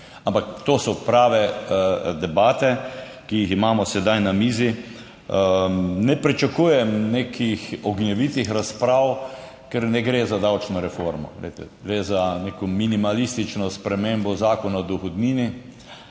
ampak to so prave debate, ki jih imamo sedaj na mizi. Ne pričakujem nekih ognjevitih razprav, ker ne gre za davčno reformo. Glejte, gre za neko minimalistično spremembo Zakona o dohodnini,